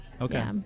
Okay